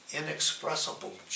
inexpressible